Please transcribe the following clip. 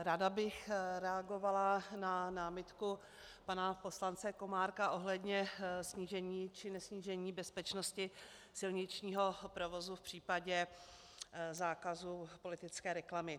Ráda bych reagovala na námitku pana poslance Komárka ohledně snížení či nesnížení bezpečnosti silničního provozu v případě zákazu politické reklamy.